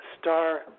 star